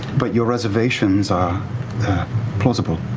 but your reservations are plausible.